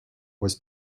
was